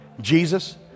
Jesus